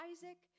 Isaac